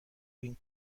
این